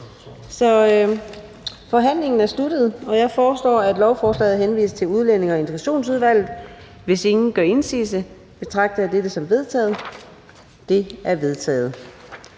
er forhandlingen sluttet. Jeg foreslår, at lovforslaget henvises til Sundhedsudvalget. Hvis ingen gør indsigelse, betragter jeg det som vedtaget. Det er vedtaget.